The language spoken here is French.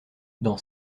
dans